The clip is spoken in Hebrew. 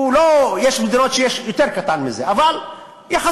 יש מדינות שיש אחוז יותר קטן מזה, אבל יחסית.